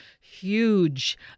huge